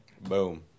Boom